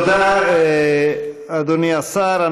תודה, אדוני השר.